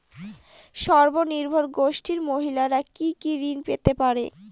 স্বনির্ভর গোষ্ঠীর মহিলারা কি কি ঋণ পেতে পারে?